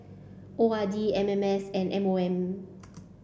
O R D M M S and M O M